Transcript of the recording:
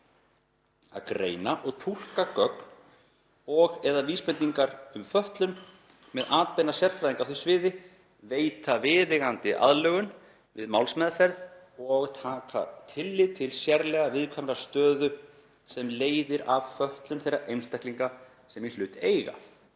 að greina og túlka gögn og/eða vísbendingar um fötlun með atbeina sérfræðinga á því sviði, veita viðeigandi aðlögun við málsmeðferð og taka tillit til sérlega viðkvæmrar stöðu sem leiðir af fötlun þeirra einstaklinga sem í hlut eiga.